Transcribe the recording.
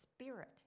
spirit